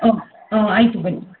okay ಹ್ಞೂ ಆಯಿತು ಬನ್ನಿ